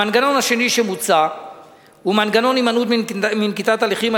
המנגנון השני שמוצע הוא מנגנון הימנעות מנקיטת הליכים.